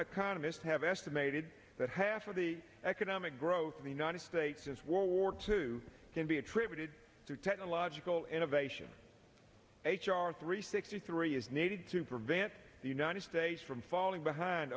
economists have estimated that half of the economic growth of the united states as world war two can be attributed to technological innovation h r three sixty three is needed to prevent the united states from falling behind